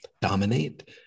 dominate